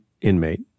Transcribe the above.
inmate